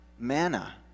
Manna